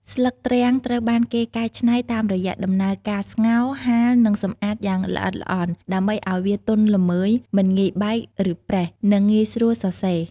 ស្លឹកទ្រាំងត្រូវបានគេកែច្នៃតាមរយៈដំណើរការស្ងោរ ហាល និងសម្អាតយ៉ាងល្អិតល្អន់ ដើម្បីឱ្យវាទន់ល្មើយ មិនងាយបែក ឬប្រេះ និងងាយស្រួលសរសេរ។